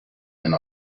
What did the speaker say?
and